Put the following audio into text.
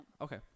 okay